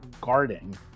guarding